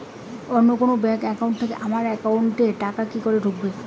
অন্য কোনো bank account থেকে আমার একাউন্ট এ টাকা কি করে ঢুকবে?